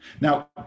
Now